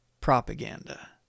propaganda